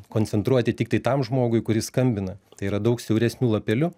koncentruoti tiktai tam žmogui kuris skambina tai yra daug siauresniu lapeliu